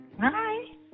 Hi